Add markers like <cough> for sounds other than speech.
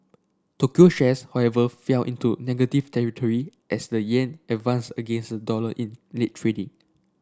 Tokyo shares however fell into negative territory as the yen advanced against the dollar in late <unintelligible>